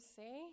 say